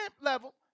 level